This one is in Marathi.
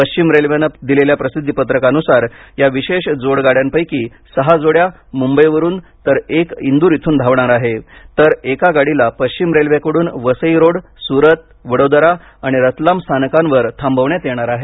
पश्चिम रेल्वेने प्रसिद्धी पत्रकानुसार या विशेष जोड गाड्यांपैकी सहा जोड्या मुंबईवरून तर एक इंदूर येथून धावणार आहे तर एका गाडीला पश्चिम रेल्वेकडून वसई रोड सुरत वडोदरा आणि रतलाम स्थानकांवर थांबविण्यात येणार आहे